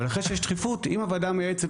אבל אחרי שיש דחיפות אם הוועדה המייעצת